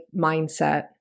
mindset